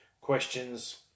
questions